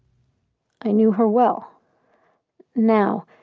i knew her well now,